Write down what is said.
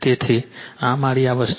તો આ મારી આ વસ્તુ છે